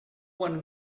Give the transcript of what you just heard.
one